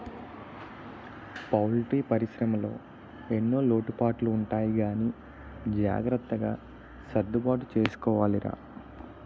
poultry పరిశ్రమలో ఎన్నో లోటుపాట్లు ఉంటాయి గానీ జాగ్రత్తగా సర్దుబాటు చేసుకోవాలిరా